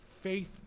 faith